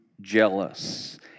jealous